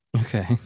Okay